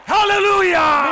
Hallelujah